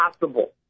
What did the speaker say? possible